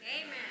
Amen